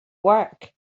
work